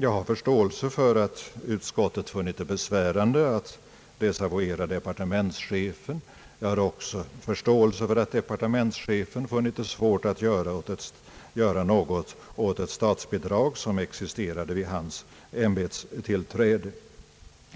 Jag har förståelse för att utskottet funnit det besvärande att desavuera departementschefen. Jag har också förståelse för att departementschefen funnit det svårt att göra något åt ett statsbidrag som existerade vid hans ämbetstillträde.